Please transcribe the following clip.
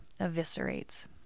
eviscerates